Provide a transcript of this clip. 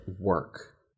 work